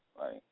right